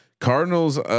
Cardinals